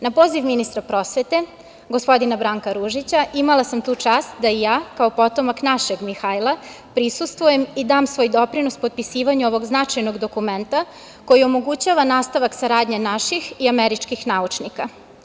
Na poziv ministra prosvete, gospodina Branka Ružića, imala sam tu čast da i ja, kao potomak našeg Mihajla, prisustvujem i dam svoj doprinos potpisivanju ovog značajnog dokumenta koji omogućava nastavak saradnje naših i američkih naučnika.